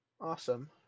Awesome